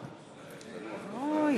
זועבי,